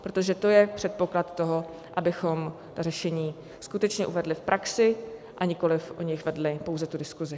Protože to je předpoklad toho, abychom řešení skutečně uvedli v praxi, a nikoli o nich vedli pouze diskusi.